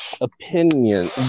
opinion